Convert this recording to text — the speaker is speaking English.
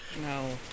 No